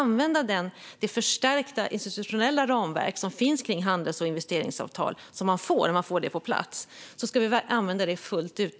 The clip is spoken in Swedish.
När vi får handels och investeringsavtalet på plats ska vi använda det förstärkta institutionella ramverket fullt ut.